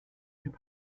hip